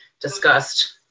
discussed